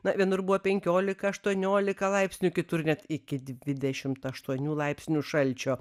na vienur buvo penkiolika aštuoniolika laipsnių kitur net iki dvidešimt aštuonių laipsnių šalčio